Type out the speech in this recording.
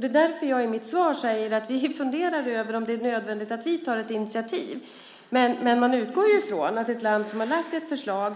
Det är därför jag i mitt svar säger att vi funderar över om det är nödvändigt att vi tar ett initiativ. Man utgår ju ifrån att ett land som har lagt fram ett förslag